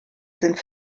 sind